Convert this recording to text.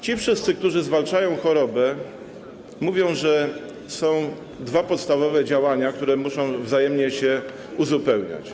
Ci wszyscy, którzy zwalczają chorobę, mówią, że są dwa podstawowe działania, które muszą wzajemnie się uzupełniać.